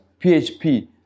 PHP